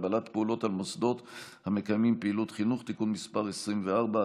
(הגבלת פעילות של מוסדות המקיימים פעילות חינוך) (תיקון מס' 24),